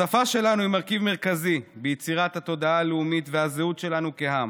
השפה שלנו היא מרכיב מרכזי ביצירת התודעה הלאומית והזהות שלנו כעם,